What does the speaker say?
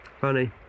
Funny